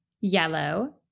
yellow